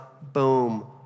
Boom